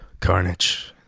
Carnage